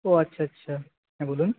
ও আচ্ছা আচ্ছা হ্যাঁ বলুন